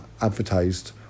advertised